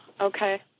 Okay